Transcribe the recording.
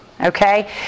okay